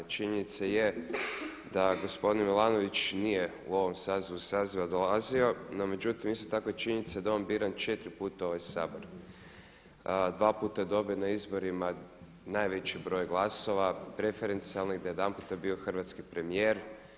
Činjenica je da gospodin Milanović nije u ovom sazivu Sabora dolazio, no međutim isto tako je činjenica da je on biran četiri puta u ovaj Sabor, dva puta je dobio na izborima najveći broj glasova preferencijalnih, da je jedan put bio hrvatski premijer.